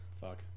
Fuck